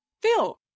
Phil